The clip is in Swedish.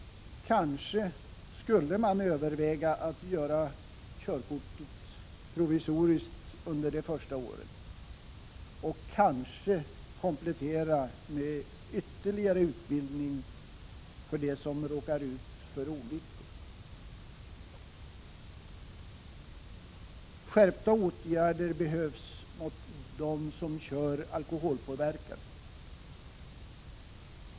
Kanske skulle man överväga att göra körkortet provisoriskt under de första åren och kanske komplettera med ytterligare utbildning för dem som råkar ut för olyckor. Skärpta åtgärder behövs mot dem som kör alkoholpåverkade.